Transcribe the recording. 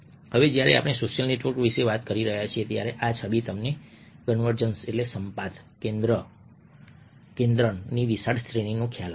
હવે જ્યારે આપણે સોશિયલ નેટવર્ક વિશે વાત કરી રહ્યા છીએ ત્યારે આ છબી તમને કન્વર્જન્સસંપાત કેન્દ્રનની વિશાળ શ્રેણીનો ખ્યાલ આપશે